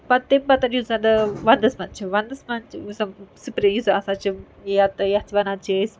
پَتہٕ تمہِ پَتَن یُس زَنہٕ وَندَس منٛز چھِ وَندَس منٛز یُسَن سُپریز آسان چھِ یا تہٕ یَتھ وَنان چھِ أسۍ